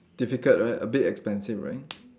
difficult right a bit expensive right